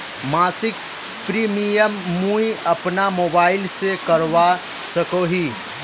मासिक प्रीमियम मुई अपना मोबाईल से करवा सकोहो ही?